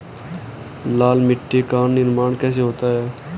लाल मिट्टी का निर्माण कैसे होता है?